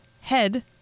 head